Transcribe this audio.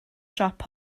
siop